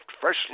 freshly